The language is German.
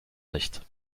nicht